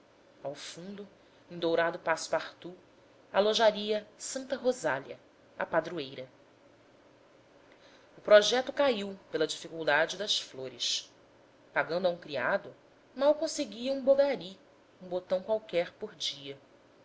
ao fundo em dourado passe partout alojaria santa rosália a padroeira o projeto caiu pela dificuldade das flores pagando a um criado mal conseguia um bogari um botão qualquer por dia